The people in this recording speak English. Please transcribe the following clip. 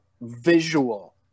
visual